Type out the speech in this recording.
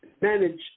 manage